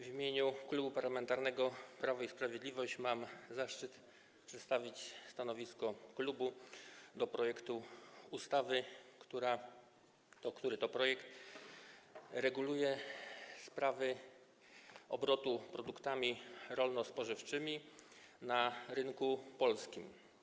W imieniu Klubu Parlamentarnego Prawo i Sprawiedliwość mam zaszczyt przedstawić stanowisko wobec projektu ustawy, który to projekt reguluje sprawy obrotu produktami rolno-spożywczymi na rynku polskim.